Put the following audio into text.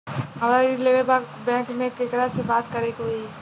हमरा ऋण लेवे के बा बैंक में केकरा से बात करे के होई?